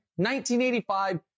1985